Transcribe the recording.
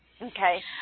Okay